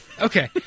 Okay